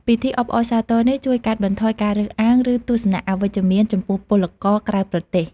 ពិធីអបអរសាទរនេះជួយកាត់បន្ថយការរើសអើង ឬទស្សនៈអវិជ្ជមានចំពោះពលករក្រៅប្រទេស។